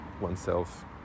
oneself